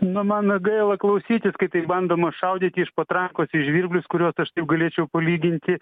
nu man gaila klausytis kai taip bandoma šaudyti iš patrankos į žvirblius kuriuos aš taip galėčiau palyginti